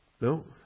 No